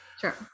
Sure